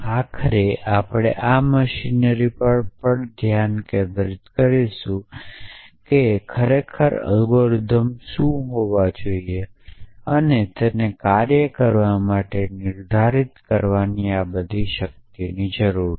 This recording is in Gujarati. આખરે આપણે આ મશીનરી પર પણ ધ્યાન કેન્દ્રિત કરીશું કે ખરેખર આ અલ્ગોરિધમ શું હોવો જોઈએ અને તેને કાર્ય કરવા માટે નિર્ધારિત કરવાની આ બધી શક્તિની જરૂર છે